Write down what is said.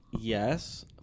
yes